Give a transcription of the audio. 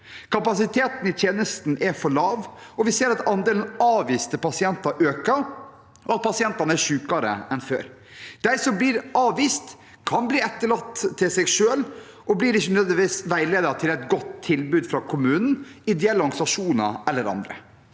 Kapasiteten i tjenesten er for lav. Vi ser at andelen avviste pasienter øker, og at pasientene er sykere enn før. De som blir avvist, kan bli overlatt til seg selv, og blir ikke nødvendigvis veiledet til et godt tilbud hos kommunen, ideelle organisasjoner eller andre.